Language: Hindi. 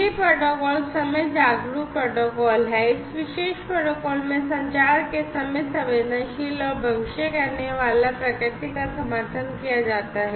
यह प्रोटोकॉल समय जागरूक और भविष्य कहनेवाला प्रकृति का समर्थन किया जाता है